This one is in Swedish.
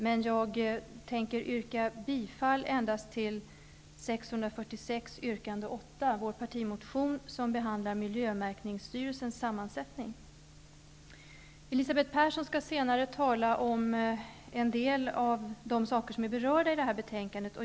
Men jag tänker endast yrka bifall till yrkande 8 i vår partimotion Jo646, som handlar om miljömärkningsstyrelsens sammansättning. Elisabeth Persson skall senare tala om en del av de saker som är berörda i detta betänkande.